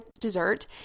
dessert